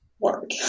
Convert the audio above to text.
Work